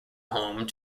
home